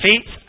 feet